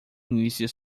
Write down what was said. início